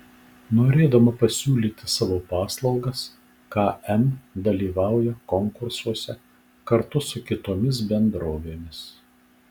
norėdama pasiūlyti savo paslaugas km dalyvauja konkursuose kartu su kitomis bendrovėmis